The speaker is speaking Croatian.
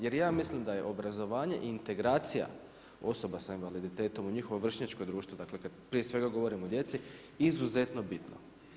Jer ja mislim da je obrazovanje i integracija osoba s invaliditetom u njihovom vršnjačkom društvu, dakle, prije svega govorim o djecu, izuzetno bitno.